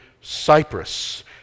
Cyprus